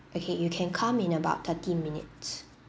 okay you can come in about thirty minutes